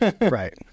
right